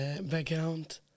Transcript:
background